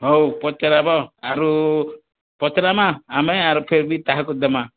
ହଉ ପଚରାବ ଆରୁ ପଚରାମା ଆମେ ଆରୁ ଫିର୍ ବି ତାହାକୁ ଦେମାଁ